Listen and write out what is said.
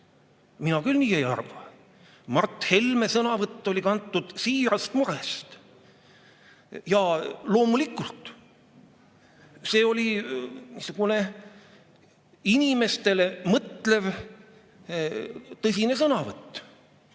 Mina küll nii ei arva. Mart Helme sõnavõtt oli kantud siirast murest. Jaa, loomulikult, see oli niisugune inimestele mõtlev tõsine sõnavõtt.